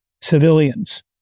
civilians